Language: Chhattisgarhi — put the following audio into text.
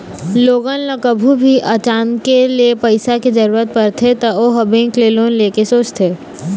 लोगन ल कभू भी अचानके ले पइसा के जरूरत परथे त ओ ह बेंक ले लोन ले के सोचथे